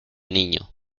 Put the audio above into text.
niño